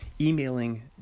emailing